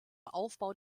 aufbau